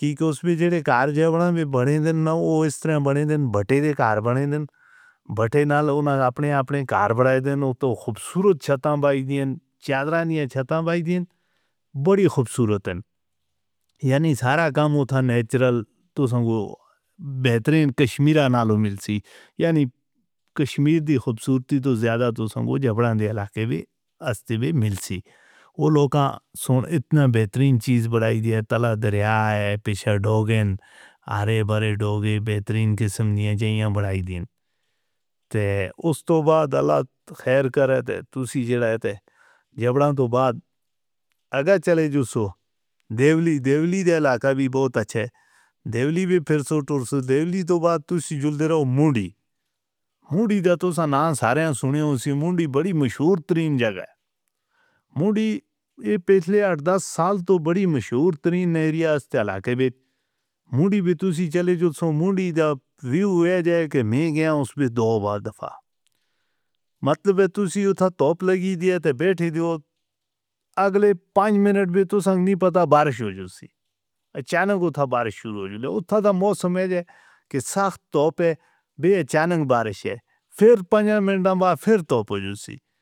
کیکوس بھی جڑے کار جابران بھی بنے دننا او اس طرح بنے دن بٹے دے کار بنے دن بٹے نالو اونا اپنے اپنے کار بنائے دن او تو خوبصورت چھتاں بائی دیئے چادرانی ہیں چھتاں بائی دیئے بڑی خوبصورت ہیں یعنی سارا کام اوتھا نیچرل توسن کو بہترین کشمیرا نالو ملسی یعنی کشمیری دی خوبصورتی تو زیادہ توسن کو جابران دی علاقے ویستی وی ملسی او لوکا سن اتنا بہترین چیز بنائی دیئے تلاہ دریا ہے پیشا ڈوگیں آرے بڑے ڈوگیں بہترین قسم دیاں جینیاں بنائی دیئے تے اس تو بعد اللہ خیر کرے تے توسی جڑے تے جابران تو بعد اگہ چلے جوسو دیولید دی علاقہ بھی بہت اچھے دیولید بھی پھر سو ٹورس دیولید تو بعد توسی جھلدراو موڈی موڈی دا توسن نام سانے سنیا ہوئی سی موڈی بڑی مشہور ترین جگہ ہے موڈی پچھلے آٹھ دس سال تو بڑی مشہور ترین ایریاس دی علاقے ویٹ موڈی بھی توسی چلے جوسو موڈی دا ویو ہویا جائے کہ میں گیاں اس ویڈ دو آبار دفعہ مطلب ہے توسی اتھا ٹوپ لگی دیئے تے بیٹھے دیو اگلے پانچ منٹ بھی توسن کو نہیں پتا بارش ہو جوسی چانک اتھا بارش شروع ہو جلی اتھا دا موسم ہے کہ سخت ٹوپ ہے بے چانک بارش ہے پھر پنجہ منٹ دا بعد پھر ٹوپ ہو جوسی.